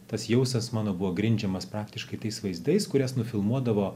tas jausmas mano buvo grindžiamas praktiškai tais vaizdais kurias nufilmuodavo